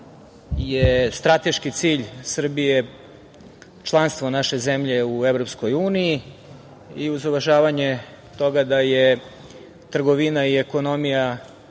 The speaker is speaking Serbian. je strateški cilj Srbije članstvo naše zemlje u EU i uz uvažavanje toga da je trgovina i ekonomija